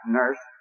nurse